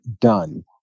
done